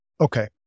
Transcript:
Okay